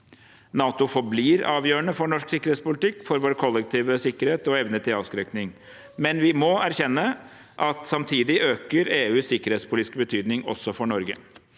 NATO forblir avgjørende for norsk sikkerhetspolitikk og for vår kollektive sikkerhet og evne til avskrekking. Samtidig må vi erkjenne at EUs sikkerhetspolitiske betydning øker, også for Norge.